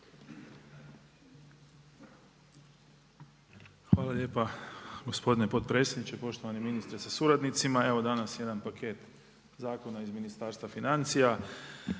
Hvala lijepa. Gospodine potpredsjedniče, poštovani ministre sa suradnicima. Evo danas jedan paket zakona iz Ministarstva financija.